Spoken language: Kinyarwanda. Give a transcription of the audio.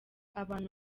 abantu